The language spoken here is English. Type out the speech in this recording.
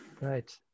Right